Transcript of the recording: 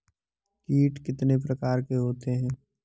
कीट कितने प्रकार के होते हैं?